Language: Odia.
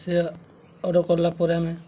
ସେ ଅର୍ଡ଼ର୍ କଲା ପରେ ଆମେ